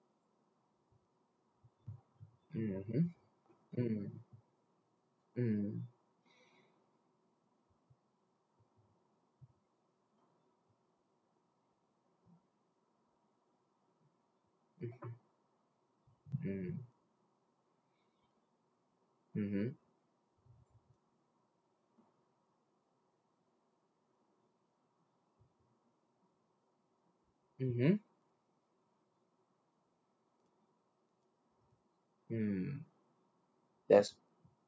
mm mm mm mm mm mmhmm mmhmm mm thats